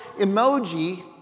emoji